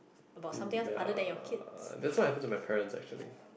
um ya that's why I put to my parents actually